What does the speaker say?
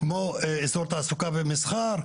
כמו איזור תעסוקה ומסחר.